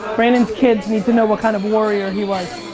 brandon's kids need to know what kind of warrior he was.